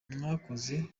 mwakoze